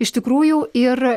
iš tikrųjų ir